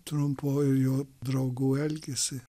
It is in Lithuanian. trampo ir jo draugų elgesį